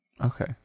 Okay